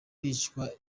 bicirwa